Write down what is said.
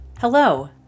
Hello